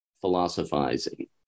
philosophizing